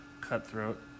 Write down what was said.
cutthroat